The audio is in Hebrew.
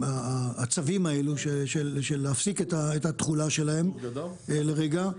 הצווים האלה של להפסיק את התחולה שלהם לרגע,